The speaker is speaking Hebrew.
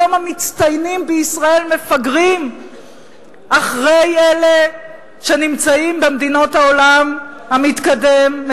היום המצטיינים בישראל מפגרים אחרי אלה שנמצאים במדינות העולם המתקדם,